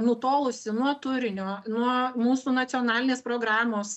nutolusi nuo turinio nuo mūsų nacionalinės programos